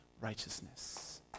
righteousness